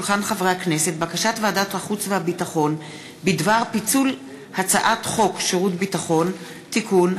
הצעת ועדת החוץ והביטחון בדבר פיצול הצעת חוק שירות ביטחון (תיקון,